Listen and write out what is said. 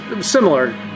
similar